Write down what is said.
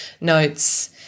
notes